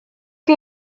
chi